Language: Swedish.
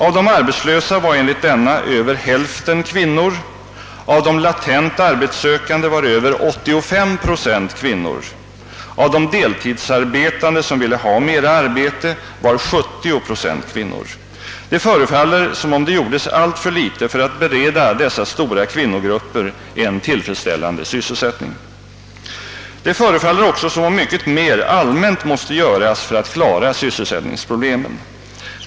Av de arbetslösa var enligt denna över hälften kvinnor, av de latent arbetssökande var över 85 procent kvinnor och av de heltidsarbetande som ville ha mera arbete var 70 procent kvinnor. Det verkar som om det gjordes alltför litet för att bereda dessa stora kvinnogrupper en tillfredsställande sysselsättning. Det förefaller också som om mycket mer allmänt måste göras för att klara sysselsättningsproblemen.